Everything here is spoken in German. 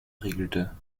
regelte